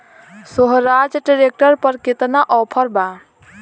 सोहराज tractor पर केतना offer बा?